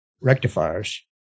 rectifiers